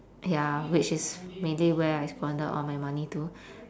ya which is mainly where I squandered all my money to